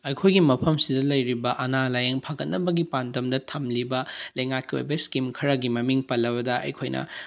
ꯑꯩꯈꯣꯏꯒꯤ ꯃꯐꯝꯁꯤꯗ ꯂꯩꯔꯤꯕ ꯑꯅꯥ ꯂꯥꯏꯌꯦꯡ ꯐꯒꯠꯅꯕꯒꯤ ꯄꯥꯟꯗꯝꯗ ꯊꯝꯂꯤꯕ ꯂꯩꯉꯥꯛꯀꯤ ꯑꯣꯏꯕ ꯏꯁꯀꯤꯝ ꯈꯔꯒꯤ ꯃꯃꯤꯡ ꯄꯜꯂꯕꯗ ꯑꯩꯈꯣꯏꯅ